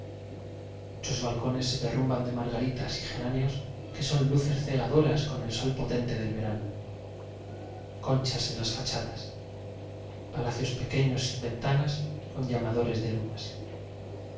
muchos bal cones se derrumban de margaritas y geráneos que son luces cegadoras con el sol potente del verano conchas en las fa chadas palacios pequeños sin venta nas con llamadores de lunas